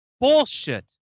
Bullshit